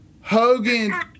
Hogan